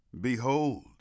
Behold